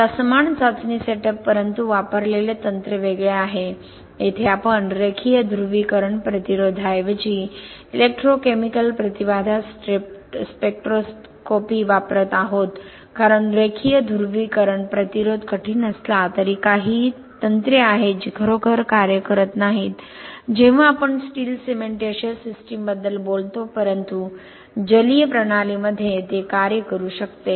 आता समान चाचणी सेटअप परंतु वापरलेले तंत्र वेगळे आहे येथे आपण रेखीय ध्रुवीकरण प्रतिरोधाऐवजी इलेक्ट्रोकेमिकल प्रतिबाधा स्पेक्ट्रोस्कोपी वापरत आहोत कारण रेखीय ध्रुवीकरण प्रतिरोध कठीण असला तरीही काही तंत्रे आहेत जी खरोखर कार्य करत नाहीत जेव्हा आपण स्टील सिमेंटीशिअस सिस्टमबद्दल बोलतो परंतु जलीय प्रणालीमध्ये ते कार्य करू शकते